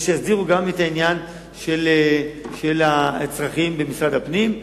ושיסדירו גם את העניין של הצרכים במשרד הפנים.